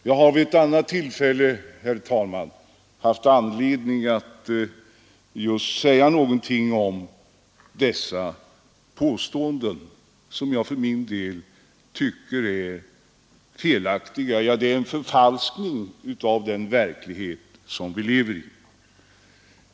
Jag har vid andra tillfällen haft anledning att mycket starkt reagera mot sådana uttalanden som jag för min del anser vara felaktiga, de stämmer inte med verkligheten.